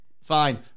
fine